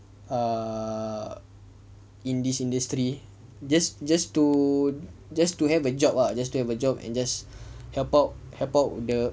err in this industry just just to just to have a job ah just to have a job and just help out help out the